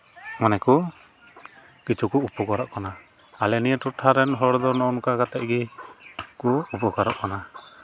ᱚᱱᱮ ᱠᱚ ᱠᱤᱪᱷᱩ ᱠᱚ ᱩᱯᱚᱠᱟᱨᱚᱜ ᱠᱟᱱᱟ ᱟᱞᱮ ᱱᱤᱭᱟᱹ ᱴᱚᱴᱷᱟ ᱨᱮᱱ ᱦᱚᱲ ᱫᱚ ᱱᱚᱜᱼᱚ ᱱᱚᱝᱠᱟ ᱠᱟᱛᱮᱫ ᱜᱮ ᱠᱩ ᱩᱯᱚᱠᱟᱨᱚᱜ ᱠᱟᱱᱟ